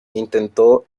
intentó